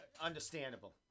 understandable